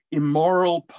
immoral